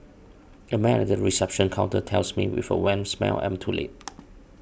a man at the reception counter tells me with a wan smile I am too late